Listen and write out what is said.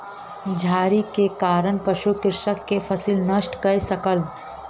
झाड़ी के कारण पशु कृषक के फसिल नष्ट नै कय सकल